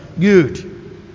Good